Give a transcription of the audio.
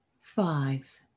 Five